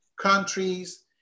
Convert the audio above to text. countries